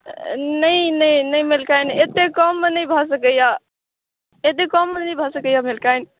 नहि नहि नहि मलिकानि एते कममे नहि भऽ सकैये एत्ते कममे नहि भऽ सकैये मलिकानि